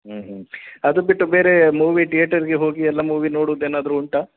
ಹ್ಞೂ ಹ್ಞೂ ಅದು ಬಿಟ್ಟು ಬೇರೆ ಮೂವಿ ತಿಯೇಟರ್ಗೆ ಹೋಗಿ ಎಲ್ಲ ಮೂವಿ ನೋಡೋದು ಏನಾದರು ಉಂಟೋ